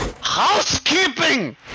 Housekeeping